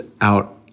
out